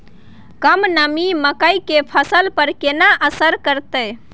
कम नमी मकई के फसल पर केना असर करतय?